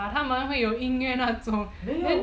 啊他们有音乐那种